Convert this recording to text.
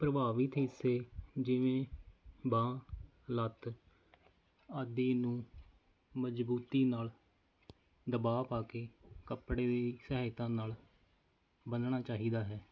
ਪ੍ਰਭਾਵਿਤ ਹਿੱਸੇ ਜਿਵੇਂ ਬਾਂਹ ਲੱਤ ਆਦਿ ਨੂੰ ਮਜਬੂਤੀ ਨਾਲ ਦਬਾਅ ਪਾ ਕੇ ਕੱਪੜੇ ਦੀ ਸਹਾਇਤਾ ਨਾਲ ਬੰਨਣਾ ਚਾਹੀਦਾ ਹੈ